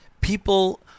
people